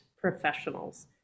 professionals